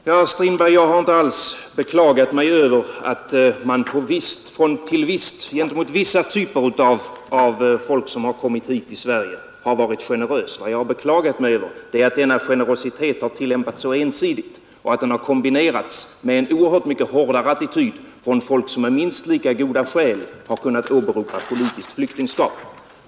Herr talman! Jag har inte alls beklagat mig, herr Strindberg, över att man varit generös gentemot vissa typer av folk som kommit hit till Sverige. Vad jag beklagat mig över är att denna generositet tillämpats så ensidigt och att den kombinerats med en oerhört mycket hårdare attityd mot folk som av minst lika goda skäl kunnat åberopa politiskt flyktingskap.